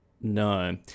no